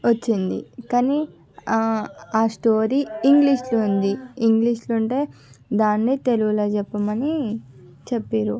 వచ్చింది కానీ ఆ స్టోరీ ఇంగ్లీష్లో ఉంది ఇంగ్లీష్లో ఉంటే దాన్ని తెలుగులో చెప్పమని చెప్పిర్రు